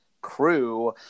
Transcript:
crew